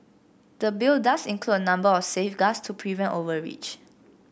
the Bill does include a number of safeguards to prevent overreach